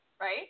right